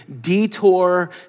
detour